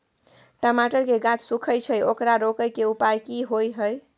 टमाटर के गाछ सूखे छै ओकरा रोके के उपाय कि होय है?